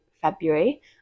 february